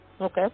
Okay